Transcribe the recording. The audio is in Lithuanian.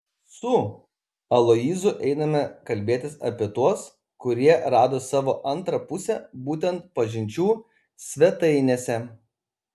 su aloyzu einame kalbėtis apie tuos kurie rado savo antrą pusę būtent pažinčių svetainėse